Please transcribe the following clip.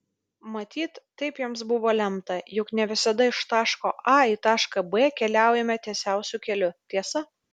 matyt taip jiems buvo lemta juk ne visada iš taško a į tašką b keliaujame tiesiausiu keliu tiesa